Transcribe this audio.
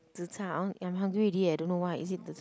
zi char I want I'm hungry already eh don't know why is it the